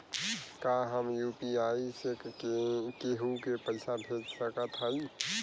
का हम यू.पी.आई से केहू के पैसा भेज सकत हई?